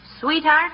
Sweetheart